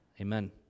Amen